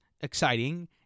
exciting